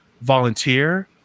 volunteer